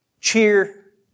cheer